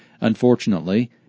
Unfortunately